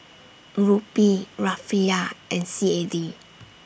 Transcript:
Rupee Rufiyaa and C A D